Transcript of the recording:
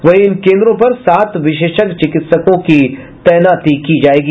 वहीं इन केन्द्रों पर सात विशेषज्ञ चिकित्सकों की तैनाती की जायेगी